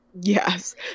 Yes